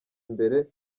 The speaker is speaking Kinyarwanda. imbere